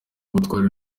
ubutwari